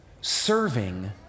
serving